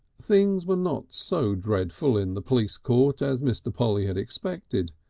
things were not so dreadful in the police court as mr. polly had expected.